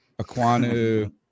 Aquanu